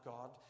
God